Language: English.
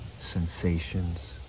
sensations